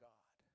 God